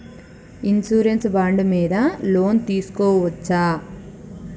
Insurance bond మీద loan తీస్కొవచ్చా?